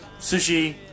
sushi